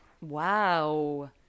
Wow